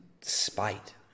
spite